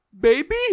baby